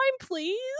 please